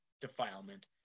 defilement